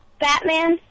Batman